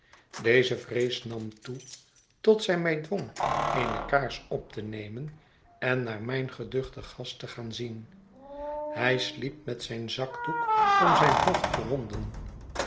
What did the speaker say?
deze vrees nam toe tot zij mij dwong eene kaars op te nemen en naar mijn geduchten gast te gaan zien hij sliep met zijn zakdoek om zijn hoofd gewonden